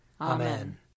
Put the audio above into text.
Amen